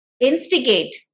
instigate